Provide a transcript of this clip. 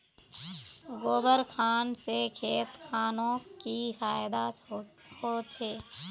गोबर खान से खेत खानोक की फायदा होछै?